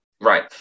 Right